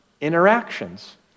interactions